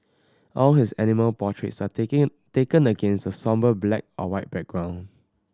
all his animal portraits are taken taken against a sombre black or white background